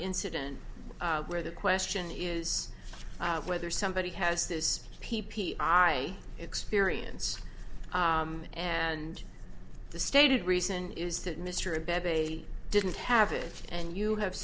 incident where the question is whether somebody has this p p i experience and the stated reason is that mr abed they didn't have it and you have